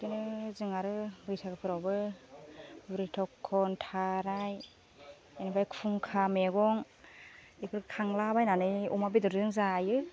बिदिनो जों आरो बैसागोफोरावबो बुरि थखन थाराय बेनिफाय खुंखा मेगं बेफोर खांला बायनानै अमा बेदरजों जायो